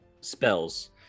spells